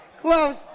Close